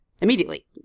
immediately